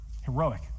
heroic